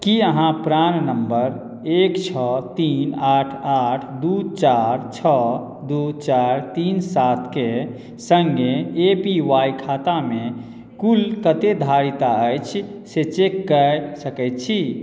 की अहाँ प्राण नम्बर एक छओ तीन आठ आठ दू चारि छओ दू चार तीन सात के संगे ए पी वाई खाता मे कुल कते धारिता अछि से चेक कए सकैत छी